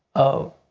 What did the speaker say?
oh,